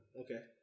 Okay